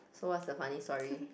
so what's the funny story